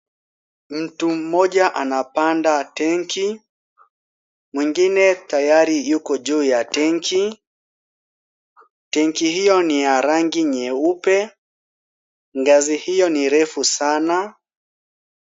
Mtu mmojaa anapanda tangi. Mwingine tayari yuko juu ya tangi. Tangi hiyo ni ya rangi nyeupe. Ngazi hiyo ni refu sana.